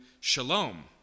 shalom